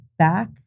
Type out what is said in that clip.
Back